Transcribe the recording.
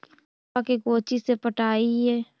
आलुआ के कोचि से पटाइए?